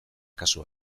kasu